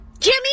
Jimmy